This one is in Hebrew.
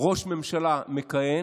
ראש ממשלה מכהן,